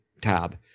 tab